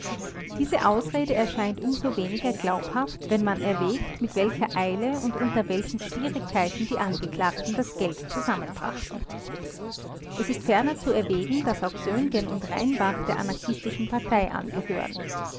diese ausrede erscheint um so weniger glaubhaft wenn man erwägt mit welcher eile und unter welchen schwierigkeiten die angeklagten das geld zusammenbrachten es ist ferner zu erwägen daß auch söhngen und rheinbach der anarchistischen partei angehören